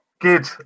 Good